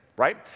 right